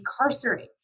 incarcerates